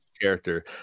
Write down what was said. character